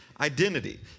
identity